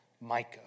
Micah